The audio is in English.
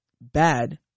bad